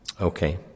Okay